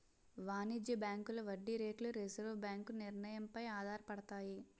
వాణిజ్య బ్యాంకుల వడ్డీ రేట్లు రిజర్వు బ్యాంకు నిర్ణయం పై ఆధారపడతాయి